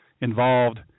involved